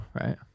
right